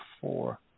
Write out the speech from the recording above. four